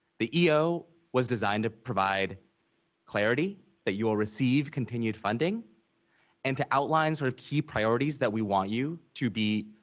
the eo was designed to provide clarity that you will receive continued funding and to outline sort of key priorities that we want you to be